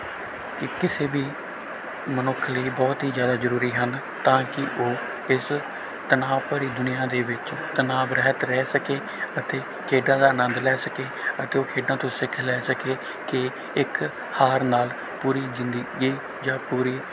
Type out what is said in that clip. ਕਿ ਕਿਸੇ ਵੀ ਮਨੁੱਖ ਲਈ ਬਹੁਤ ਹੀ ਜ਼ਿਆਦਾ ਜ਼ਰੂਰੀ ਹਨ ਤਾਂ ਕਿ ਉਹ ਇਸ ਤਨਾਵ ਭਰੀ ਦੁਨੀਆ ਦੇ ਵਿੱਚ ਤਨਾਵ ਰਹਿਤ ਰਹਿ ਸਕੇ ਅਤੇ ਖੇਡਾਂ ਦਾ ਆਨੰਦ ਲੈ ਸਕੇ ਅਤੇ ਉਹ ਖੇਡਾਂ ਤੋਂ ਸਿੱਖ ਲੈ ਸਕੇ ਕਿ ਇੱਕ ਹਾਰ ਨਾਲ ਪੂਰੀ ਜ਼ਿੰਦਗੀ ਜਾਂ ਪੂਰੀ